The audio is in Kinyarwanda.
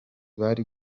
bari